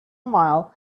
mile